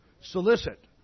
solicit